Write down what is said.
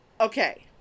Okay